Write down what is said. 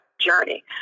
journey